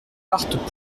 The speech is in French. partent